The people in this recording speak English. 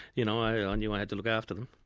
you know i ah knew i had to look after them.